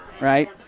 right